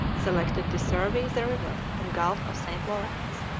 selected to survey the river and gulf of st. lawrence.